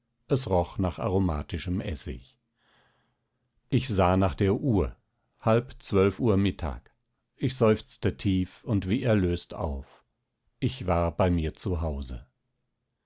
es roch nach aromatischem essig ich sah nach der uhr halb zwölf uhr mittag ich seufzte tief und wie erlöst auf ich war bei mir